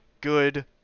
good